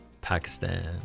Pakistan